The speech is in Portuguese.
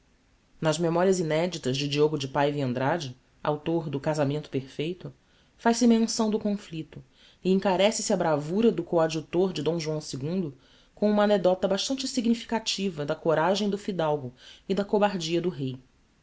nas memorias ineditas de diogo de paiva e andrade author do casamento perfeito faz-se menção do conflicto e encarece se a bravura do coadjuctor de d joão ii com uma anecdota bastante significativa da coragem do fidalgo e da cobardia do rei